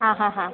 അ ഹാ ഹാ